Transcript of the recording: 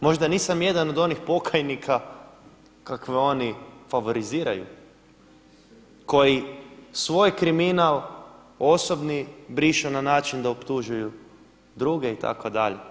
Možda nisam jedan od onih pokajnika kakve oni favoriziraju koji svoj kriminal osobni brišu na način da optužuju druge itd.